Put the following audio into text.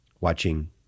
watching